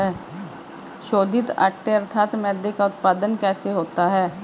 शोधित आटे अर्थात मैदे का उत्पादन कैसे होता है?